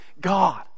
God